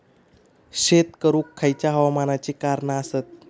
शेत करुक खयच्या हवामानाची कारणा आसत?